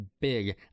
big